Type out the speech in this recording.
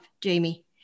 Jamie